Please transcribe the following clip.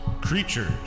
creatures